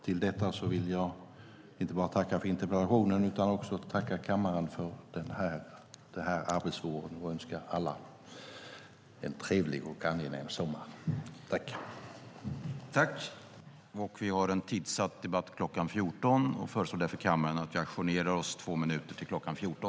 Med detta vill jag inte bara tacka för interpellationen utan också tacka kammaren för det här arbetsåret och önska alla en trevlig och angenäm sommar.